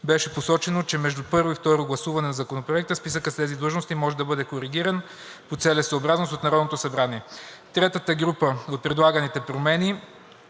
Беше посочено, че между първо и второ гласуване на Законопроекта списъкът с тези длъжности може да бъде коригиран по целесъобразност от Народното събрание. Третата група от предлагани промени